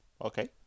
Okay